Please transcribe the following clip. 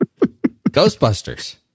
Ghostbusters